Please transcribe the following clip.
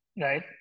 right